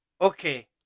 okay